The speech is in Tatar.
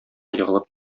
егылып